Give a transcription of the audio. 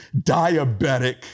diabetic